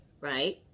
right